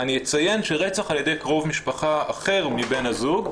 אני אציין שרצח על ידי קרוב משפחה אחר מבן הזוג.